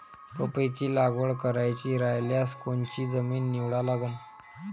पपईची लागवड करायची रायल्यास कोनची जमीन निवडा लागन?